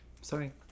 Sorry